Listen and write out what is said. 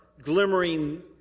glimmering